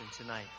tonight